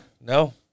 No